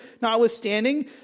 notwithstanding